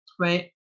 Right